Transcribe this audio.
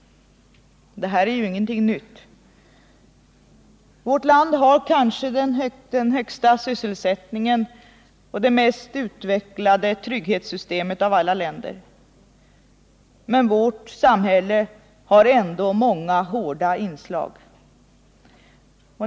Detta är inget nytt. Vårt land har kanske den högsta sysselsättningsgraden och det mest utvecklade trygghetssystemet av alla länder. Men vårt samhälle har ändå många hårda inslag.